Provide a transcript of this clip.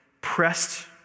pressed